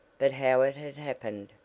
but how it had happened,